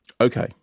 Okay